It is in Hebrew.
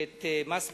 את מס בריאות,